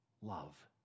Love